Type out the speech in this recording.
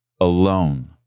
alone